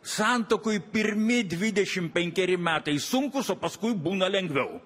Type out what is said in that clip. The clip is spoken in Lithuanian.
santuokoj pirmi dvidešim penkeri metai sunkūs o paskui būna lengviau